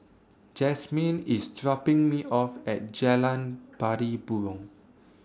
Jasmyn IS dropping Me off At Jalan Party Burong